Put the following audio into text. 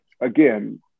again